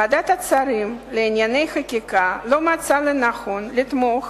ועדת השרים לענייני חקיקה לא מצאה לנכון לתמוך